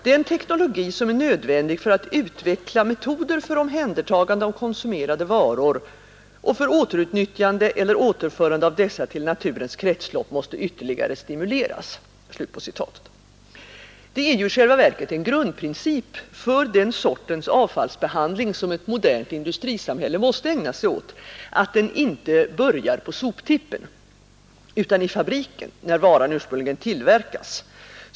Den teknologi som är nödvändig för att utveckla metoder för omhändertagande av konsumerade varor och för återutnyttjande eller återförande av dessa till naturens kretslopp måste ytterligare stimuleras.” Det är i själva verket en grundprincip för den typ av avfallsbehandling som ett modernt industrisamhälle måste ägna sig åt, att den inte börjar på soptippen utan i fabriken då varan ursprungligen tillverkas.